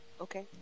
Okay